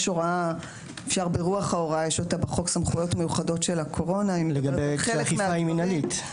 יש הוראה בחוק סמכויות מיוחדות של הקורונה לגבי חלק מהדברים,